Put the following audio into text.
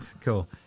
cool